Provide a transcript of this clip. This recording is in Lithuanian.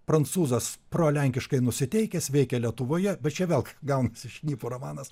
prancūzas prolenkiškai nusiteikęs veikia lietuvoje bet čia vėl gaunasi šnipo romanas